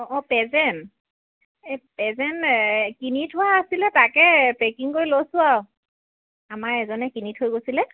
অঁ অঁ পেজেন্ট এই পেজেন্ট কিনি থোৱা আছিলে তাকে পেকিং কৰি লৈছোঁ আৰু আমাৰ এজনে কিনি থৈ গৈছিলে